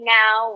now